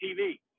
TV